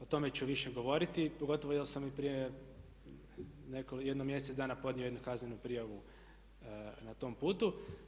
O tome ću više govoriti pogotovo jer sam i prije jedno mjesec dana podnio jednu kaznenu prijavu na tom putu.